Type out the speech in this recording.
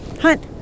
Hunt